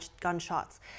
gunshots